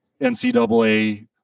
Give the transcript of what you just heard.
NCAA